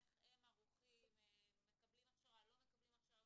איך הם ערוכים, מקבלים הכשרה, לא מקבלים הכשרה?